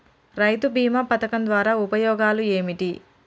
రైతు బీమా పథకం ద్వారా ఉపయోగాలు ఏమిటి?